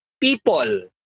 people